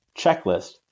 checklist